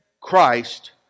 Christ